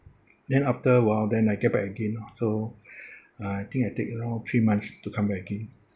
then after awhile then I get back again lor so uh I think I take around three months to come back again